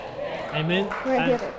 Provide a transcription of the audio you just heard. Amen